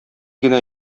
генә